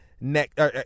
next –